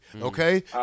okay